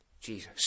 Jesus